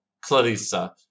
Clarissa